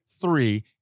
three